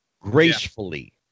gracefully